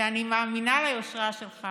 שאני מאמינה ליושרה שלך